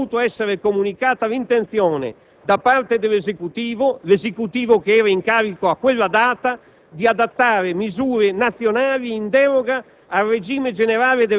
al quale avrebbe dovuto essere comunicata l'intenzione, da parte dell'Esecutivo che era in carica a quella data, di adottare misure nazionali in deroga